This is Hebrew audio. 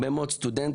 הרבה מאוד סטודנטים,